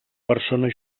persona